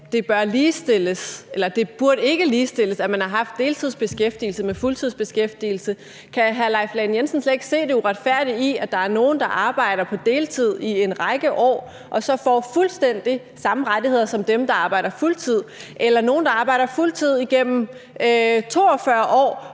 deltidsbeskæftigelse ikke burde ligestilles med fuldtidsbeskæftigelse. Kan hr. Leif Lahn Jensen slet ikke se det uretfærdige i, at der er nogle, der har arbejdet på deltid i en række år og så får fuldstændig samme rettigheder som dem, der har arbejdet på fuldtid, eller at der er nogle, der har arbejdet på fuldtid igennem 42 år